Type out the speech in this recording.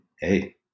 hey